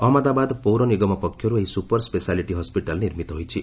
ଅହମ୍ମଦାବାଦ ପୌର ନିଗମ ପକ୍ଷରୁ ଏହି ସୁପର ସ୍ୱେସାଲିଟି ହସ୍କିଟାଲ୍ ନିର୍ମିତ ହୋଇଛି